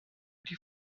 die